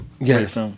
Yes